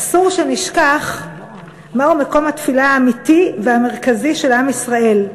אסור שנשכח מהו מקום התפילה האמיתי והמרכזי של עם ישראל,